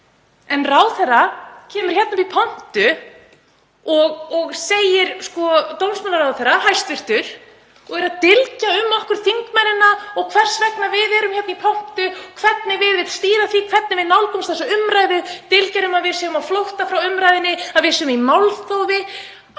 En ráðherra kemur hingað í pontu — dómsmálaráðherra, hæstvirtur — og er að dylgja um okkur þingmennina og hvers vegna við erum hérna í pontu, hvernig við viljum stýra því, hvernig við nálgumst þessa umræðu, dylgjar um að við séum á flótta frá umræðunni, að við séum í málþófi.